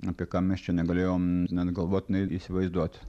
apie ką mes čia negalėjom net galvot nei įsivaizduot